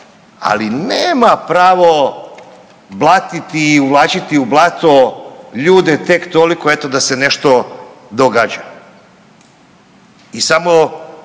ali nema pravo blatiti i uvlačiti u blato ljude tek toliko eto da se nešto događa. I samo